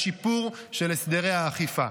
לשיפור של הסדרי האכיפה.